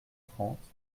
trente